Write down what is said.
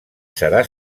serà